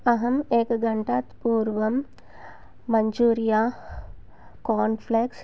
अहम् एकघण्टात् पूर्वं मञ्जूर्या कार्नफ्लेक्स्